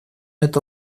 это